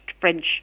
French